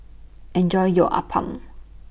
Enjoy your Appam